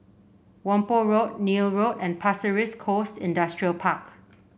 Whampoa Road Neil Road and Pasir Ris Coast Industrial Park